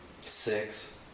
Six